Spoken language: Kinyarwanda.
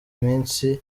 iminsi